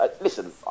listen